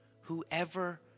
Whoever